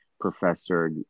professor